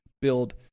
build